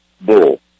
bull